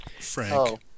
Frank